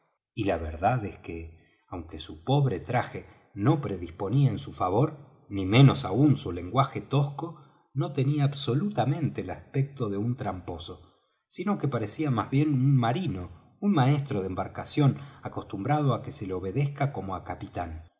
y la verdad es que aunque su pobre traje no predisponía en su favor ni menos aún su lenguaje tosco no tenía absolutamente el aspecto de un tramposo sino que parecía más bien un marino un maestro de embarcación acostumbrado á que se le obedezca como á capitán